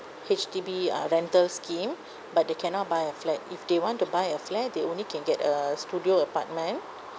H_D_B uh rental scheme but they cannot buy a flat if they want to buy a flat they only can get a studio apartment